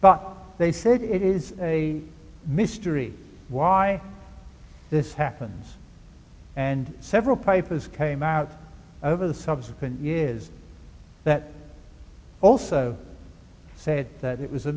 but they said it is a mystery why this happens and several papers came out over the subsequent years that also said that it was a